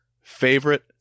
Favorite